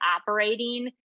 operating